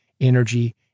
energy